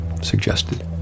suggested